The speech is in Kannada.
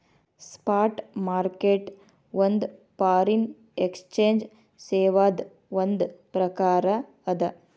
ಸ್ಪಾಟ್ ಮಾರ್ಕೆಟ್ ಒಂದ್ ಫಾರಿನ್ ಎಕ್ಸ್ಚೆಂಜ್ ಸೇವಾದ್ ಒಂದ್ ಪ್ರಕಾರ ಅದ